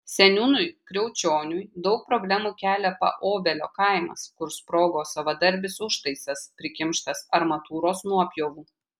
seniūnui kriaučioniui daug problemų kelia paobelio kaimas kur sprogo savadarbis užtaisas prikimštas armatūros nuopjovų